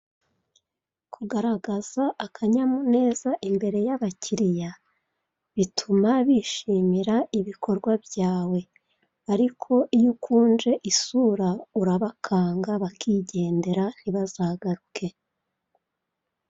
Kugaragaza akanyamuneza imbere y'abakiriya bituma bishimira ibikorwa byawe; ariko iyo ukunje isura urabakanga bakigendera ntibazagaruke.